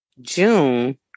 June